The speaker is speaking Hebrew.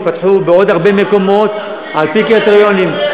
ייפתחו בעוד הרבה מקומות, על-פי קריטריונים.